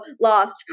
lost